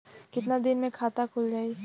कितना दिन मे खाता खुल जाई?